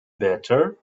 better